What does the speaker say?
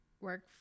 work